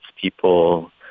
people